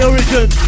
Origin